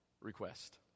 request